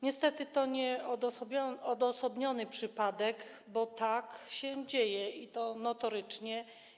Niestety to nieodosobniony przypadek, bo tak się dzieje i to notorycznie.